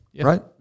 Right